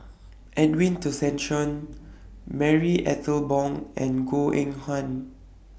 Edwin Tessensohn Marie Ethel Bong and Goh Eng Han